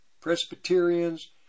Presbyterians